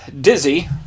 Dizzy